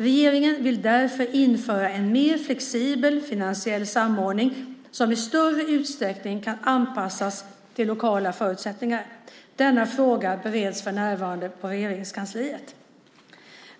Regeringen vill därför införa en mer flexibel finansiell samordning som i större utsträckning kan anpassas till lokala förutsättningar. Denna fråga bereds för närvarande i Regeringskansliet.